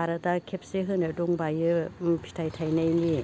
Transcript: आरो दा खेबसे होनो दंबायो फिथाइ थायनायनि